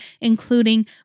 including